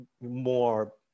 more